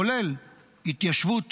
כולל התיישבות